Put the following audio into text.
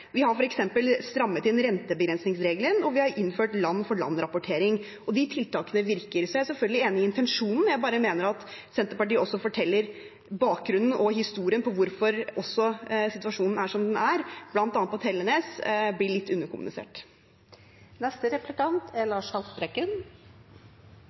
Vi har f.eks. strammet inn rentebegrensningsregelen, og vi har innført land-for-land-rapportering. De tiltakene virker. Jeg er selvfølgelig enig i intensjonen. Jeg bare mener at Senterpartiet også må fortelle bakgrunnen og historien for hvorfor situasjonen er som den er, bl.a. på Tellenes. Det blir litt underkommunisert. Jeg er